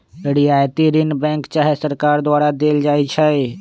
रियायती ऋण बैंक चाहे सरकार द्वारा देल जाइ छइ